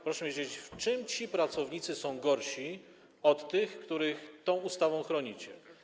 Proszę powiedzieć, w czym ci pracownicy są gorsi od tych, których tą ustawą chronicie?